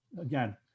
Again